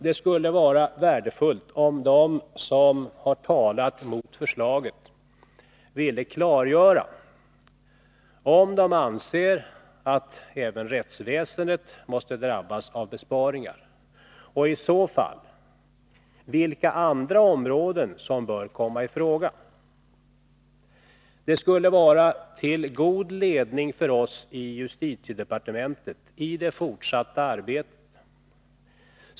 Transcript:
Det skulle vara värdefullt om de som har talat mot förslaget ville klargöra om de anser att även rättsväsendet måste drabbas av besparingar och i så fall vilka andra områden som bör komma i fråga. Det skulle vara till god ledning för oss i justitiedepartementet i det fortsatta 126 arbetet.